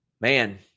Man